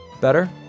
Better